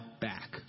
back